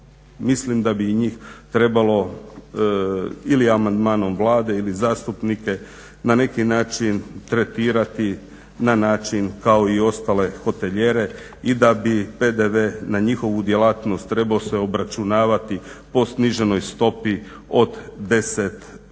Mislim da bi i njih trebalo ili amandmanom Vlade ili zastupnike na neki način tretirati na način kao i ostale hotelijere i da bi PDV na njihovu djelatnost trebao se obračunavati po sniženoj stopi od 10%.